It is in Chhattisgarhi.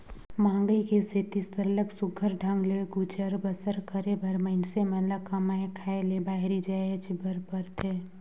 मंहगई के सेती सरलग सुग्घर ढंग ले गुजर बसर करे बर मइनसे मन ल कमाए खाए ले बाहिरे जाएच बर परथे